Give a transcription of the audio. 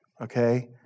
Okay